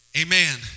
amen